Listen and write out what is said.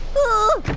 oh,